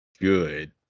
good